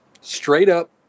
straight-up